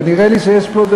זה נראה לי שיש פה,